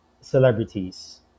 celebrities